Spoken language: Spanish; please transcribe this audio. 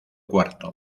cuarto